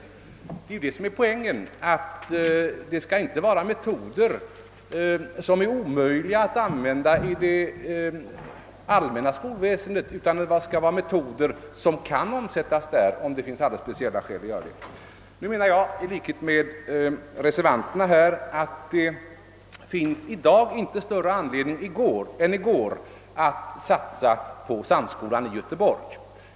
Det är ju det som är poängen. Det skall vara, inte metoder som är omöjliga att använda i det allmänna skolväsendet, utan metoder som kan tillämpas där om det finns alldeles speciella skäl att göra det. I likhet med reservanterna menar jag att det i dag inte finns någon större anledning än det fanns i går att satsa på samskolan i Göteborg.